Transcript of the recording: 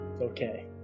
Okay